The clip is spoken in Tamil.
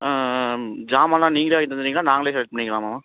ஆ ஆ ஆ ம் ஜாமால்லாம் நீங்களே வாங்கி தந்துடுவீங்களா நாங்களே செலக்ட் பண்ணிக்கிலாமாம்மா